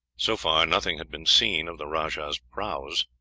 so far, nothing had been seen of the rajah's prahus.